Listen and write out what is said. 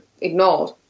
ignored